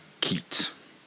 Keats